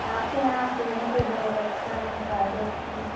आपके यहाँ सुने थे बहुत अच्छा मसाज होता है